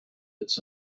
its